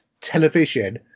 television